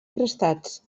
prestats